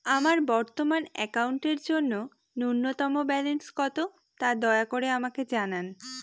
আমার বর্তমান অ্যাকাউন্টের জন্য ন্যূনতম ব্যালেন্স কত, তা দয়া করে আমাকে জানান